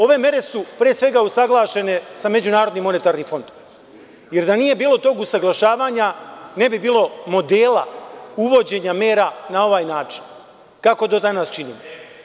Ove mere su, pre svega, usaglašene sa MMF-om, jer da nije bilo tog usaglašavanja, ne bi bilo modela uvođenja mera na ovaj način, kako to danas činimo.